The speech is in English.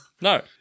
No